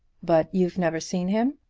but you've never seen him?